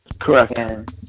correct